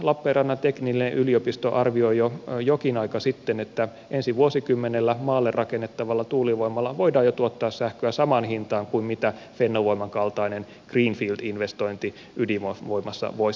lappeenrannan teknillinen yliopisto arvioi jokin aika sitten että ensi vuosikymmenellä maalle rakennettavalla tuulivoimalla voidaan jo tuottaa sähköä samaan hintaan kuin mitä fennovoiman kaltainen greenfield investointi ydinvoimassa voisi tuottaa